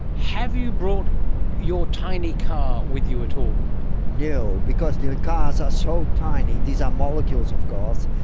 have you brought your tiny car with you at all? no, because the cars are so tiny, these are molecules of course,